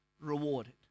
rewarded